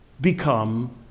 become